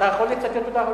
אתה יכול לצטט אותה,